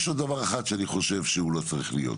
יש עוד דבר אחד שאני חושב שהוא לא צריך להיות.